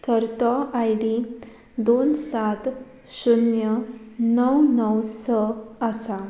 करतो I D दोन सात शुन्य णव णव स आसा